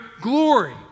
glory